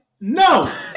No